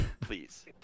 Please